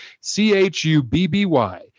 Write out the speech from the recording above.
c-h-u-b-b-y